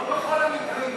לא בכל המקרים.